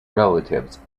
relatives